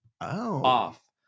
off